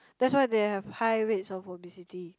that's why they have high rates of obesity